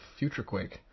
FutureQuake